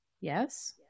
yes